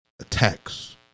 attacks